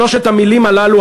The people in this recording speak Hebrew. שלוש המילים הללו,